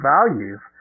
Values